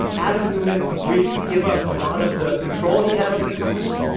adam neumann agreed to give up a lot of the control he had over the company,